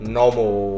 normal